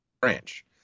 branch